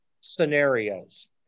scenarios